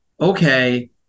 okay